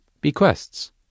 Bequests